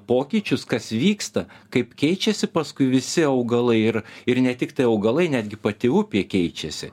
pokyčius kas vyksta kaip keičiasi paskui visi augalai ir ir ne tiktai augalai netgi pati upė keičiasi